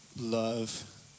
love